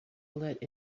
let